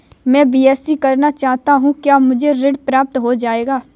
मैं बीएससी करना चाहता हूँ क्या मुझे ऋण प्राप्त हो जाएगा?